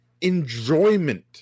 enjoyment